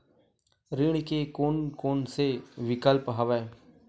ऋण के कोन कोन से विकल्प हवय?